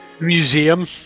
Museum